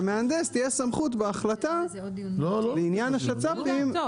למהנדס תהיה סמכות בהחלטה לעניין השצ"פים,